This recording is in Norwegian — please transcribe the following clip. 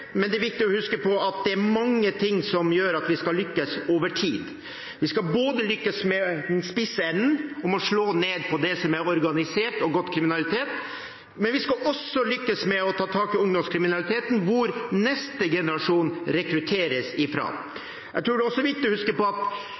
Men det er viktig å huske på at det er mange ting som gjør at vi lykkes over tid. Vi skal lykkes med den spisse enden og må slå ned på det som er godt organisert kriminalitet, men vi skal også lykkes med å ta tak i ungdomskriminaliteten, hvor neste generasjon rekrutteres fra. Jeg tror også det er viktig å huske på at